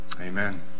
Amen